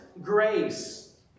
grace